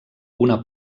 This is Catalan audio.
una